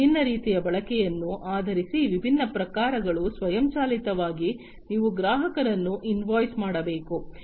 ಮತ್ತು ವಿಭಿನ್ನ ರೀತಿಯ ಬಳಕೆಯನ್ನು ಆಧರಿಸಿ ವಿಭಿನ್ನ ಪ್ರಕಾರಗಳು ಸ್ವಯಂಚಾಲಿತವಾಗಿ ನೀವು ಗ್ರಾಹಕರನ್ನು ಇನ್ವಾಯ್ಸ್ ಮಾಡಬೇಕು